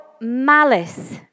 malice